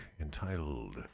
entitled